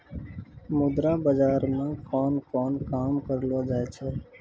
मुद्रा बाजार मे कोन कोन काम करलो जाय छै